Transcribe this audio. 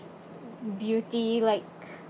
beauty like